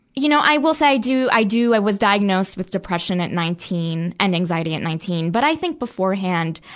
you know, i will say, do, i do, i was diagnosed with depression at nineteen, and anxiety at nineteen. but i think beforehand,